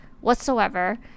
whatsoever